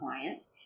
clients